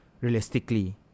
Realistically